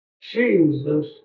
Jesus